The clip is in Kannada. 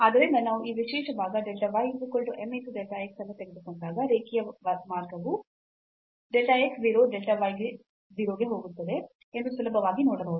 ಆದ್ದರಿಂದ ನಾವು ಈ ವಿಶೇಷ ಭಾಗ delta y m delta x ಅನ್ನು ತೆಗೆದುಕೊಂಡಾಗ ರೇಖೀಯ ಮಾರ್ಗವು delta x 0 delta y 0 ಗೆ ಹೋಗುತ್ತದೆ ಎಂದು ಸುಲಭವಾಗಿ ನೋಡಬಹುದು